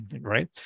right